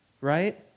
Right